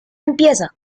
empieza